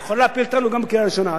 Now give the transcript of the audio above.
היא יכולה להפיל אותנו גם בקריאה ראשונה.